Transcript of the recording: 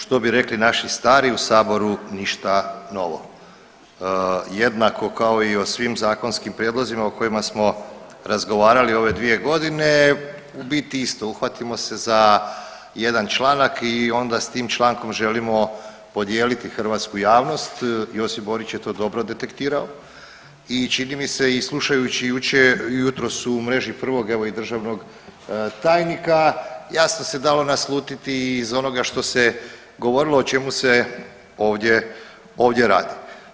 Što bi rekli naši stari u saboru ništa novo, jednako kao o svim zakonskim prijedlozima o kojima smo razgovarali u ove 2.g. u biti isto, uhvatimo se za jedan članak i onda s tim člankom želimo podijeliti hrvatsku javnost, Josip Borić je to dobro detektirao i čini mi se i slušajući jučer, jutros u mreži prvog evo i državnog tajnika jasno se dalo naslutiti iz onoga što se govorilo o čemu se ovdje, ovdje radi.